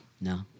no